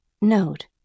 Note